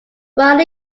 while